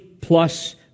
plus